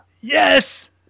Yes